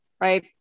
right